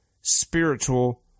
spiritual